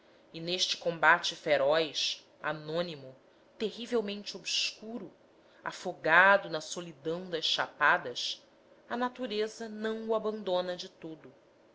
e neste combate feroz anônimo terrivelmente obscuro afogado na solidão das chapadas a natureza não o abandona de todo